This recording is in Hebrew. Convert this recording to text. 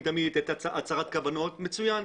הצהרת כוונות מצוין.